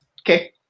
Okay